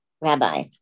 Rabbi